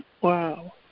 Wow